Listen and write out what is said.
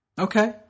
Okay